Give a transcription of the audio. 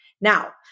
Now